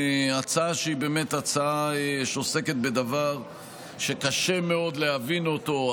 ההצעה היא באמת הצעה שעוסקת בדבר שקשה מאוד להבין אותו,